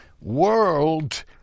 world